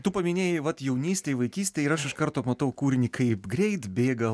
tu paminėjai vat jaunystėj vaikystėj ir aš iš karto matau kūrinį kaip greit bėga